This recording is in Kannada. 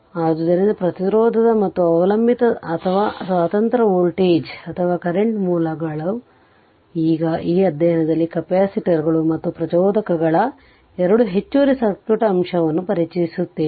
ಆದ್ದರಿಂದ ಪ್ರತಿರೋಧ ಮತ್ತು ಅವಲಂಬಿತ ಅಥವಾ ಸ್ವತಂತ್ರ ವೋಲ್ಟೇಜ್ ಅಥವಾ ಕರೆಂಟ್ ಮೂಲಗಳು ಈಗ ಈ ಅಧ್ಯಾಯದಲ್ಲಿ ಕೆಪಾಸಿಟರ್ಗಳು ಮತ್ತು ಪ್ರಚೋದಕಗಳಾದ ಎರಡು ಹೆಚ್ಚುವರಿ ಸರ್ಕ್ಯೂಟ್ ಅಂಶವನ್ನು ಪರಿಚಯಿಸುತ್ತೇವೆ